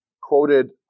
quoted